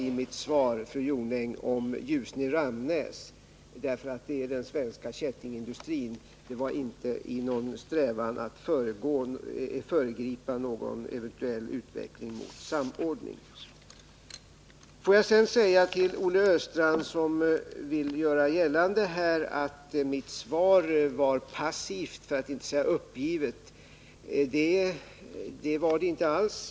I mitt svar, fru Jonäng, talade jag om Ljusne-Ramnäs därför att det är den svenska kättingindustrin. Jag gjorde det inte i någon strävan att föregripa någon eventuell utveckling mot samordning. Olle Östrand vill göra gällande att mitt svar var passivt för att inte säga uppgivet. Det var det inte alls.